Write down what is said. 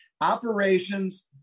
Operations